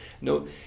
No